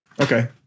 Okay